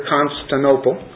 Constantinople